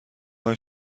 های